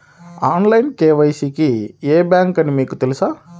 Online KYC కి ఏ bank అని మీకు తెలుసా?